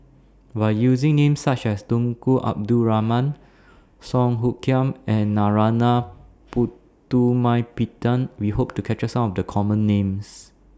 By using Names such as Tunku Abdul Rahman Song Hoot Kiam and Narana Putumaippittan We Hope to capture Some of The Common Names